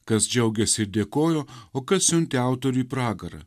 kas džiaugėsi ir dėkojo o kas siuntė autoriui pragarą